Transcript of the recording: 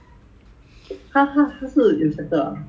I will talk about the more normal [one] ah